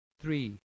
three